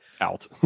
Out